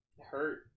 hurt